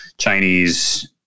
Chinese